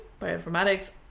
bioinformatics